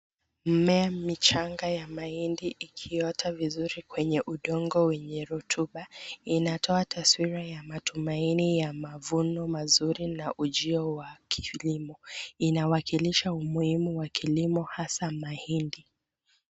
Mmea michanga ya maindi ikiota vizuri kwenye udongo wenye rotuba, inatoa taswira ya matumaini ya mavuno mazuri na ujio wa kilimo. Inawakilisha umuhimu wa kilimo hasaa mahindi.